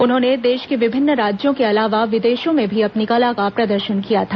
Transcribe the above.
उन्होंने देश के विभिन्न राज्यों के अलावा विदेशों में भी अपनी कला का प्रदर्शन किया था